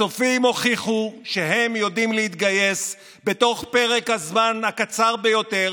הצופים הוכיחו שהם יודעים להתגייס בתוך פרק הזמן הקצר ביותר,